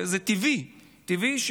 וזה טבעי, טבעי.